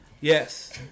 Yes